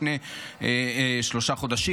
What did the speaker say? לפני שלושה חודשים.